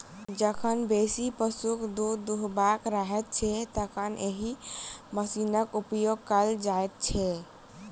जखन बेसी पशुक दूध दूहबाक रहैत छै, तखन एहि मशीनक उपयोग कयल जाइत छै